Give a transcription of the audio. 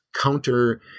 counter –